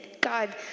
God